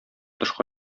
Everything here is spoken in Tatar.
тышка